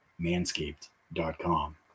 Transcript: manscaped.com